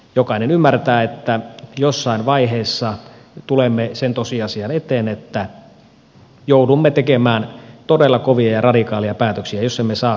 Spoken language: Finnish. jokainen ymmärtää että jossain vaiheessa tulemme sen tosiasian eteen että joudumme tekemään todella kovia ja radikaaleja päätöksiä jos emme saa kasvua aikaiseksi